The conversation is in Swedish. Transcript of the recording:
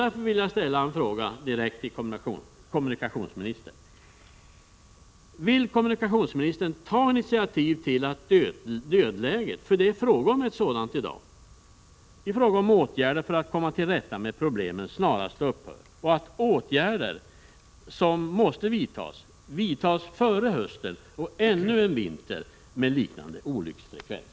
Jag vill därför ställa frågan direkt till kommunikationsministern: Vill kommunikationsministern ta initiativ till att dödläget — för det är i dag fråga om ett sådant — i fråga om åtgärder för att komma till rätta med problemen snarast upphör och att de åtgärder som måste vidtas verkligen vidtas före hösten och före ännu en vinter med liknande olycksfrekvens?